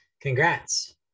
congrats